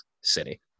city